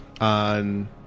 on